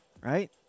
right